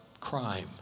crime